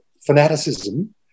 fanaticism